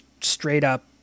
straight-up